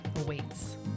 awaits